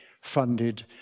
funded